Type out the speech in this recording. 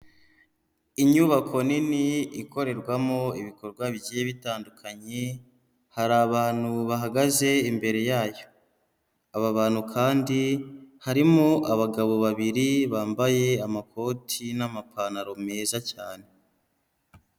Inyubako nini ikorerwamo ibikorwa bigiye bitandukanye, hari abantu bahagaze imbere yayo. Aba bantu kandi, harimo abagabo babiri bambaye amakoti n'amapantaro meza cyane.